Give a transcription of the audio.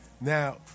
Now